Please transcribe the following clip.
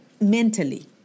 mentally